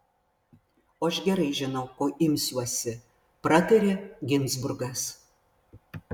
o aš gerai žinau ko imsiuosi pratarė ginzburgas